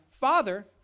Father